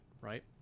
right